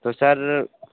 तो सर